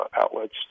outlets